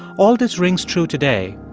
all this rings true today,